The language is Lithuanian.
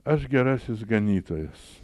aš gerasis ganytojas